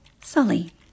Sully